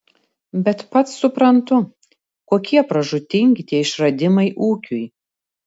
bet pats suprantu kokie pražūtingi tie išradimai ūkiui